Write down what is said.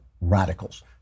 radicals